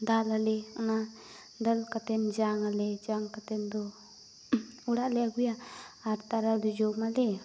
ᱫᱟᱞᱟᱞᱮ ᱚᱱᱟ ᱫᱟᱞ ᱠᱟᱛᱮ ᱡᱟᱝᱟᱞᱮ ᱡᱟᱝ ᱠᱟᱛᱮ ᱫᱚ ᱚᱲᱟᱜᱞᱮ ᱟᱹᱜᱩᱭᱟ ᱟᱨ ᱛᱟᱨᱟᱣᱫᱚ ᱡᱚᱢᱟᱞᱮ